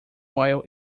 while